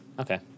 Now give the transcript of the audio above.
Okay